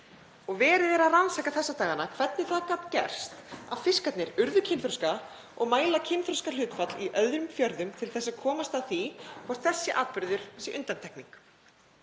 Verið er að rannsaka þessa dagana hvernig það gat gerst að fiskarnir urðu kynþroska og mæla kynþroskahlutfall í öðrum fjörðum til að komast að því hvort þessi atburður sé undantekning.